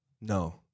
No